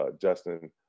justin